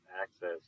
access